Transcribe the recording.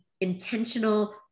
intentional